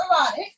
erotic